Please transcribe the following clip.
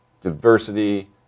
diversity